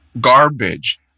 Garbage